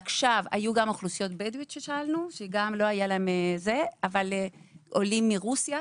עכשיו שאלנו גם אוכלוסיות בדואיות וגם עולים מרוסיה.